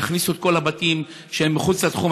יכניסו את כל הבתים שהם מחוץ לתחום